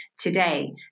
today